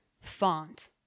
Font